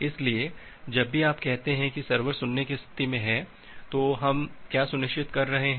इसलिए जब भी आप कहते हैं कि सर्वर सुनने की स्थिति में है तो हम क्या सुनिश्चित कर रहे हैं